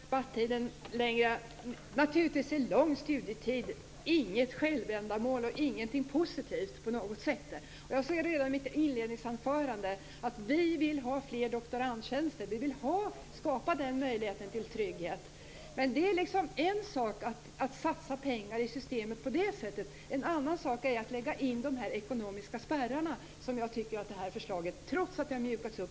Fru talman! Jag skall inte förlänga debatten så mycket. En lång studietid är naturligtvis inget självändamål och ingenting positivt på något sätt. Jag sade redan i mitt inledningsanförande att vi vill ha fler doktorandtjänster, och vi vill skapa möjligheter till trygghet. Men det är en sak att satsa pengar i systemet på det sättet. En annan sak är att lägga in ekonomiska spärrar, som jag tycker att det här förslaget gör, trots att det har mjukats upp.